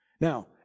Now